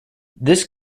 this